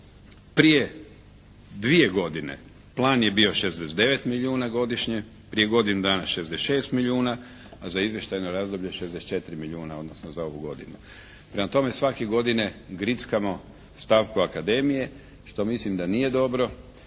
Prije dvije godine plan je bio 69 milijuna godišnje, prije godinu dana 66 milijuna a za izvještajno razdoblje 64 milijuna odnosno za ovu godinu. Prema tome, svake godine grickamo stavku akademije što mislim da nije dobro